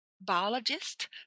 biologist